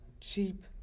cheap